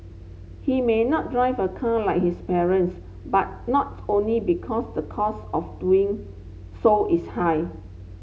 he may not drive a car like his parents but not only because the cost of doing so is high